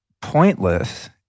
pointless